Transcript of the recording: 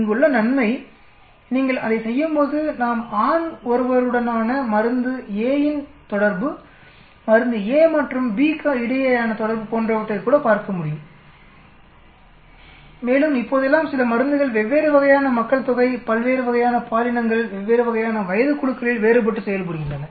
இங்குள்ள நன்மை நீங்கள் அதை செய்யும் போது நாம் ஆண் ஒருவருடனான மருந்து a இன் தொடர்பு மருந்து a மற்றும் bக்கு இடையேயான தொடர்பு போன்றவற்றைக் கூட பார்க்க முடியும் மேலும் இப்போதெல்லாம் சில மருந்துகள் வெவ்வேறு வகையான மக்கள் தொகை பல்வேறு வகையான பாலினங்கள் வெவ்வேறு வகையான வயதுக் குழுக்களில் வேறுபட்டு செயல்புரிகின்றன